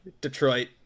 Detroit